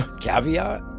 caveat